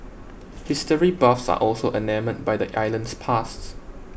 history buffs are also enamoured by the island's past